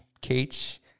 cage